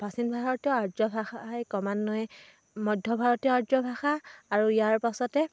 প্ৰাচীন ভাৰতীয় আৰ্য ভাষাই ক্ৰমান্বয়ে মধ্য ভাৰতীয় আৰ্য ভাষা আৰু ইয়াৰ পাছতে